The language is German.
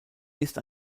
ist